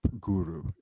guru